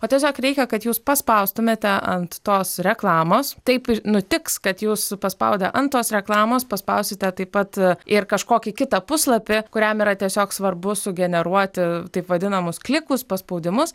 o tiesiog reikia kad jūs paspaustumėte ant tos reklamos taip nutiks kad jūs paspaudę ant tos reklamos paspausite taip pat ir kažkokį kitą puslapį kuriam yra tiesiog svarbu sugeneruoti taip vadinamus klikus paspaudimus